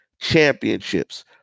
championships